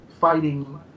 fighting